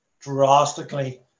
Drastically